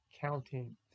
counting